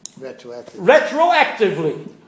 retroactively